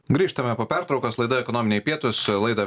grįžtame po pertraukos laida ekonominiai pietūs laidą